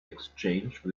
exchange